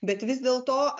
bet vis dėlto